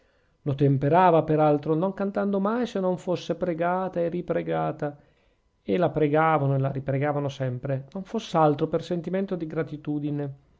lo temperava per altro non cantando mai se non pregata e ripregata e la pregavano e la ripregavano sempre non foss'altro per sentimento di gratitudine